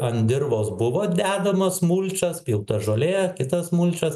ant dirvos buvo dedamas mulčas pilta žolė kitas mulčas